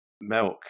Milk